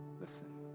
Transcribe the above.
Listen